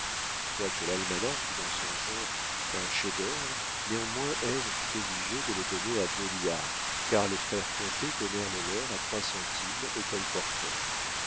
quoique l'almanach fût dans son genre un chef-d'œuvre néanmoins ève fut obligée de le donner à deux liards car les frères cointet donnèrent le leur à trois centimes aux colporteurs